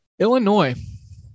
Illinois